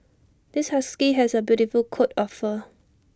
this husky has A beautiful coat of fur